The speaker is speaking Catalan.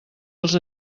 els